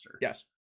Yes